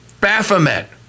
Baphomet